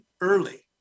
early